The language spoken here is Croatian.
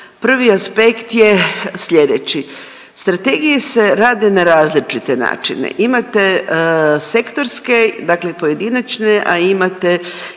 Prvi aspekt je sljedeći. Strategije se rade na različite načine. Imate sektorske, dakle pojedinačne, a imate